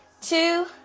two